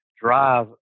drive